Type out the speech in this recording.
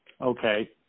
Okay